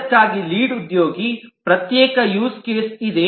ಅದಕ್ಕಾಗಿ ಲೀಡ್ ಉದ್ಯೋಗಿಗೆ ಪ್ರತ್ಯೇಕ ಯೂಸ್ ಕೇಸ್ ಇದೆ